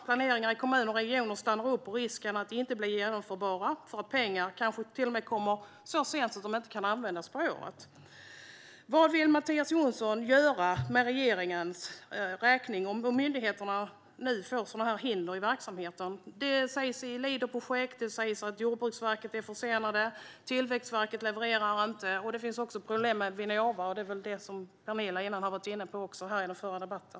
Planerna i kommuner och regioner stannar upp och riskerar att inte bli genomförbara därför att pengar kanske till och med kommer så sent att de inte kan användas det året. Vad vill Mattias Jonsson göra med regeringens räkning om myndigheterna nu får sådana hinder i verksamheten? Det sägs i Leaderprojekt, och det sägs att Jordbruksverket är försenat. Tillväxtverket levererar inte, och det finns även problem med Vinnova. Det är väl det Penilla var inne på i den förra debatten.